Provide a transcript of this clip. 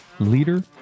leader